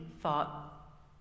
thought